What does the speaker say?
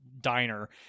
diner